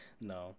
No